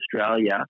Australia